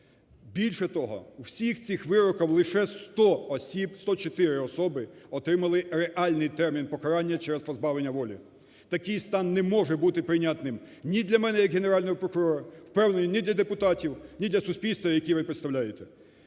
Більше того, з всіх цих вироків лише 100 осіб, 104 особи отримали реальний термін покарання через позбавлення волі. Такий стан не може бути прийнятним ні для мене як Генерального прокурора, впевнений, ні для депутатів, ні для суспільства, яке ви представляєте.